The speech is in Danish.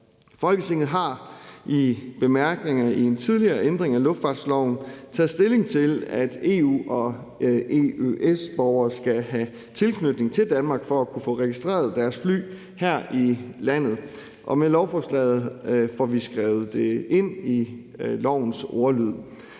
bemærkninger til en tidligere ændring af luftfartsloven taget stilling til, at EU- og EØS-borgere skal have tilknytning til Danmark for at kunne få registreret deres fly her i landet. Med lovforslaget får vi skrevet det ind i lovens ordlyd.